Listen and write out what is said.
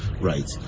right